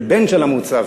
בן של המוצב,